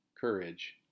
courage